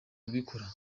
kubikora